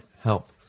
help